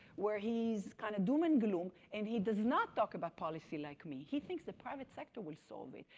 where he's kind of doom and gloom. and he does not talk about policy like me, he thinks the private sector will solve it.